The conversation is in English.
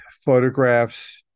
photographs